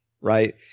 Right